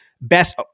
best